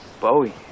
Bowie